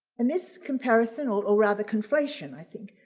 in this comparison or rather conflation i think.